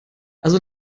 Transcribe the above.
also